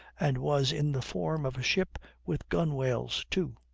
and was in the form of a ship with gunwales too.